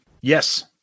Yes